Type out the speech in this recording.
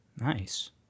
Nice